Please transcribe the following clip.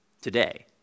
today